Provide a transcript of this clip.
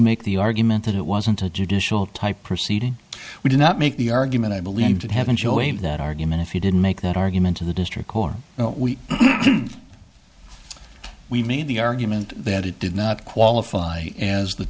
make the argument that it wasn't a judicial type proceeding we did not make the argument i believe that have been showing that argument if he didn't make that argument to the district court we made the argument that it did not qualify as the